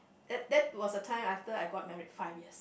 that that was the time after I got married five years